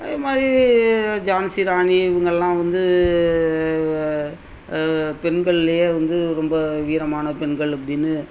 அதே மாதிரி ஜான்சி ராணி இவங்கெல்லாம் வந்து பெண்கள்லையே வந்து ரொம்ப வீரமான பெண்கள் அப்படின்னு